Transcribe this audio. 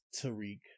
Tariq